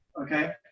Okay